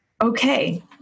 okay